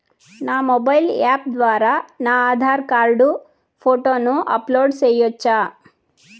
నా mobile app ద్వారా నా ఆధార్ కార్డు ఫోటోను అప్లోడ్ సేయొచ్చా?